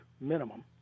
minimum